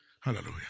Hallelujah